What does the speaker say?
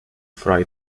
fry